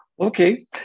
Okay